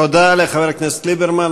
תודה לחבר הכנסת ליברמן.